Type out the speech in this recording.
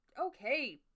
Okay